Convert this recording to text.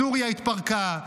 סוריה התפרקה,